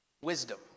wisdom